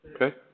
Okay